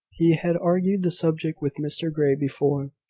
he had argued the subject with mr grey before,